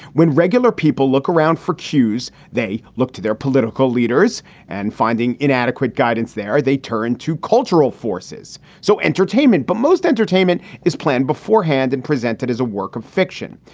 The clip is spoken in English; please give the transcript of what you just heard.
when regular people look around for cues, they look to their political leaders and finding inadequate guidance there, they turn to cultural forces. so entertainment. but most entertainment is planned beforehand beforehand and presented as a work of fiction.